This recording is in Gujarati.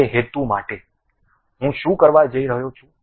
તે હેતુ માટે હું શું કરવા જઇ રહ્યો છું